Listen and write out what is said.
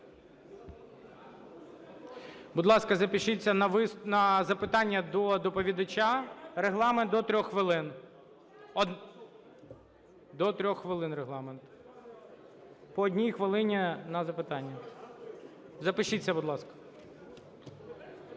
Будь ласка, запишіться на запитання до доповідача. Регламент – до 3 хвилин. До 3 хвилин – регламент. По одній хвилині на запитання. Запишіться, будь ласка.